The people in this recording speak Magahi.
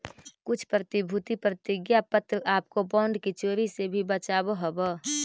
कुछ प्रतिभूति प्रतिज्ञा पत्र आपको बॉन्ड की चोरी से भी बचावअ हवअ